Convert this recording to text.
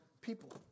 people